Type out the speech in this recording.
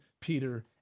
Peter